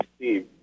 team